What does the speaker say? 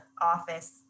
office